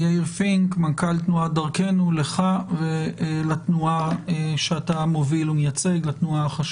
לך ולתנועה החשובה שאתה מוביל ומייצג.